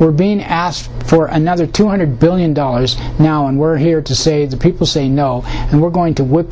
we're being asked for another two hundred billion dollars now and we're here to say the people say no and we're going to whip